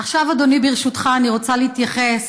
עכשיו, אדוני, ברשותך, אני רוצה להתייחס